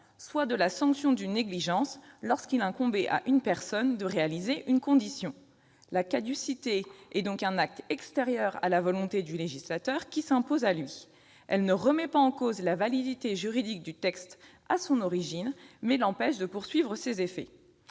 soit de la sanction d'une négligence, lorsqu'il incombait à une personne de réaliser une condition. La caducité est un acte extérieur à la volonté du législateur, qui s'impose à lui. Elle ne remet pas en cause la validité juridique du texte à l'origine, mais l'empêche de poursuivre ses effets.